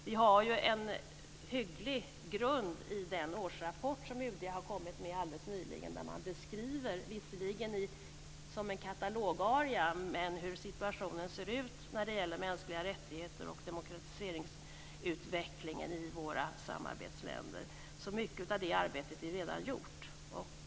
Vi har en hygglig grund i den årsrapport som UD har kommit med alldeles nyligen och där man beskriver, visserligen som en katalogaria, hur situationen ser ut när det gäller mänskliga rättigheter och demokratiseringsutvecklingen i våra samarbetsländer. Mycket av det arbetet är redan gjort.